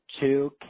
two